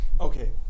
Okay